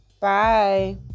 bye